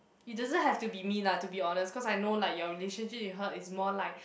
it doesn't have to be me lah to be honest cause I know like your relationship with her is more like